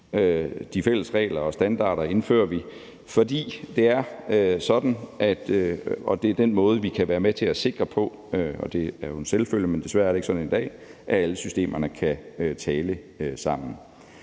De fælles regler og standarder indfører vi, fordi det er den måde, hvorpå vi kan være med til at sikre – og det er jo en selvfølge, men desværre er det ikke sådan i dag – at alle systemerne kan tale sammen.